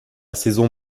saison